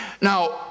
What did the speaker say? Now